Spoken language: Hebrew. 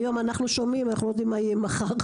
היום אנחנו שומעים ואנחנו לא יודעים מה יהיה מחר.